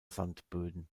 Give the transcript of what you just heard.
sandböden